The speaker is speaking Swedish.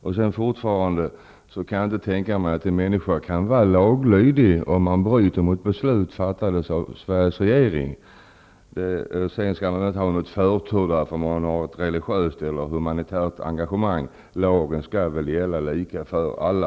Jag kan fortfarande inte tänka mig att en människa som bryter mot beslut fattade av Sveriges regering kan vara laglydig. Man skall inte ha någon fördel för att man har ett religiöst eller humanitärt engagemang. Lagen skall väl gälla lika för alla.